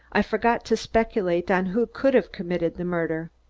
i forgot to speculate on who could have committed the murder.